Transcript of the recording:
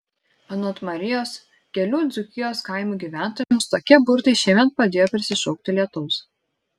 anot marijos kelių dzūkijos kaimų gyventojams tokie burtai šiemet padėjo prisišaukti lietaus